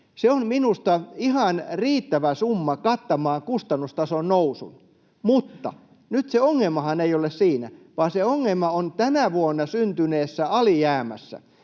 Se on minusta ihan riittävä summa kattamaan kustannustason nousun. Mutta nyt se ongelmahan ei ole siinä, vaan se ongelma on tänä vuonna syntyneessä alijäämässä,